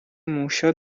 موشا